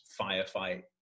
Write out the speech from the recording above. firefight